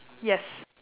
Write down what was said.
yes